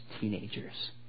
teenagers